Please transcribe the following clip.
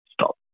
Stop